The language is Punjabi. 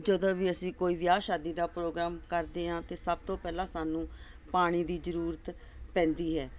ਜਦੋਂ ਵੀ ਅਸੀਂ ਕੋਈ ਵਿਆਹ ਸ਼ਾਦੀ ਦਾ ਪ੍ਰੋਗਰਾਮ ਕਰਦੇ ਹਾਂ ਤਾਂ ਸਭ ਤੋਂ ਪਹਿਲਾਂ ਸਾਨੂੰ ਪਾਣੀ ਦੀ ਜ਼ਰੂਰਤ ਪੈਂਦੀ ਹੈ